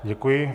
Děkuji.